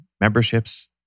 memberships